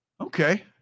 Okay